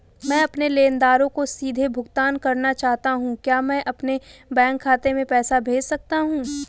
मैं अपने लेनदारों को सीधे भुगतान करना चाहता हूँ क्या मैं अपने बैंक खाते में पैसा भेज सकता हूँ?